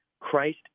Christ